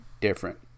different